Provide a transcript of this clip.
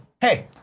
Hey